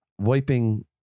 wiping